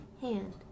hand